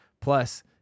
Plus